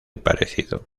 parecido